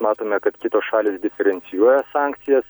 matome kad kitos šalys diferencijuoja sankcijas